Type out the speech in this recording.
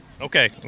Okay